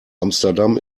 amsterdam